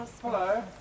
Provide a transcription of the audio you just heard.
Hello